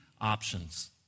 options